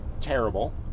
terrible